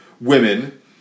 women